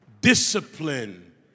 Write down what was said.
Discipline